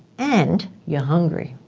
and you're hungry.